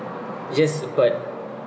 yes but